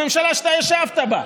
הממשלה שאתה ישבת בה.